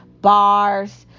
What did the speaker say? bars